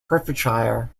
hertfordshire